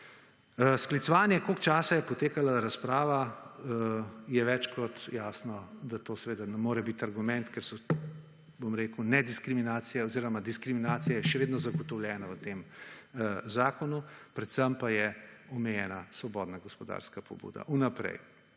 Sklicevanje, koliko časa je potekala razprava, je več kot jasno, da to seveda ne more biti argument, ker so, bom rekel, nediskriminacija oziroma diskriminacija je še vedno zagotovljena v tem zakonu, predvsem pa je omejena svobodna gospodarska pobuda vnaprej.